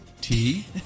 tea